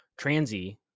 transy